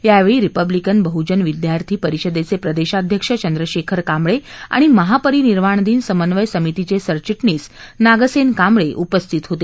यावेळी रिपब्लिकन बह्जन विद्यार्थी परिषदेचे प्रदेशाध्यक्ष चंद्रशेखर कांबळे आणि महापरिनिर्वाण दिन समन्वय समितीचे सरचि शीच नागसेन कांबळे उपस्थित होते